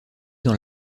dans